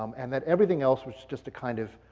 um and that everything else was just a kind of,